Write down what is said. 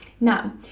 Now